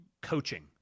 coaching